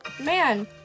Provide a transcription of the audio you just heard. Man